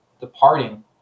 departing